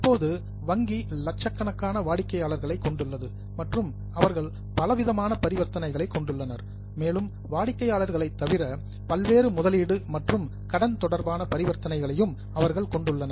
இப்போது வங்கி இலட்சக்கணக்கான வாடிக்கையாளர்களை கொண்டுள்ளது மற்றும் அவர்கள் பலவிதமான பரிவர்த்தனைகளை கொண்டுள்ளனர் மேலும் வாடிக்கையாளர்களை தவிர பல்வேறு முதலீடு மற்றும் கடன் தொடர்பான பரிவர்த்தனைகளையும் அவர்கள் கொண்டுள்ளனர்